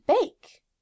bake